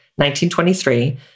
1923